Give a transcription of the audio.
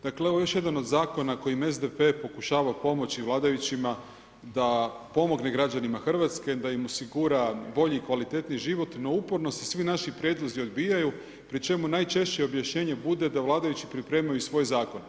Dakle ovo je još jedan od zakona kojim SDP pokušava pomoći vladajućima da pomogne građanima Hrvatske, da im osigura bolji i kvalitetniji život no uporno se svi naši prijedlozi odbijaju pri čemu najčešće objašnjenje bude da vladajući pripremaju svoje zakone.